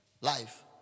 Life